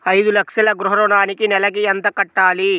ఐదు లక్షల గృహ ఋణానికి నెలకి ఎంత కట్టాలి?